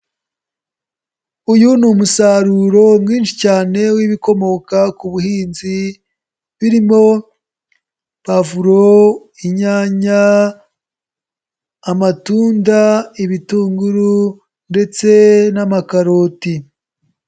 Uyu ni umusaruro mwinshi cyane w'ibikomoka ku buhinzi birimo pavuro, inyanya, amatunda, ibitunguru ndetse n'amakaroti.